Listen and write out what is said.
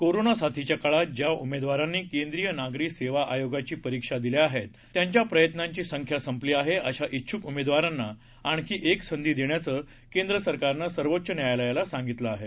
कोरोनासाथीच्याकाळातज्याउमेदवारांनी केंद्रीयनागरीसेवाआयोगाचीपरीक्षादिल्याआहेत आणिज्यांच्याप्रयत्नांचीसंख्यासंपलीआहे अशा छेछुकउमेदवारांनाआणखीएकसंधीदेण्याचंकेंद्रसरकारनंसर्वोच्चन्यायालयालासांगितलंआहे